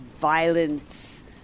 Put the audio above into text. violence